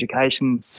education